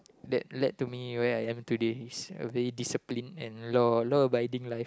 that led to me where I am today is a very discipline and law law abiding life